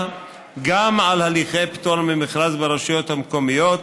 גם על הליכי פטור ממכרז ברשויות המקומיות,